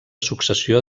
successió